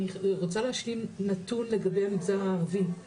אני רוצה להשלים נתון לגבי המגזר הערבי,